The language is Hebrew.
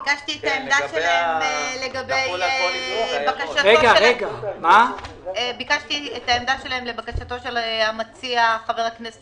ביקשתי את עמדתם לבקשתו של המציע חבר הכנסת